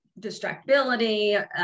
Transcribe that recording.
distractibility